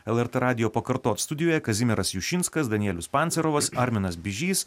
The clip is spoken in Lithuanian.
lrt radijo pakartot studijoje kazimieras jušinskas danielius pancerovas arminas bižys